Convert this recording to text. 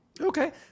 Okay